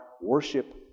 worship